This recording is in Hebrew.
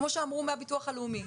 כמו שאמרו מהביטוח הלאומי,